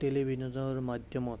টেলিভিচনৰ মাধ্যমত